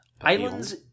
Islands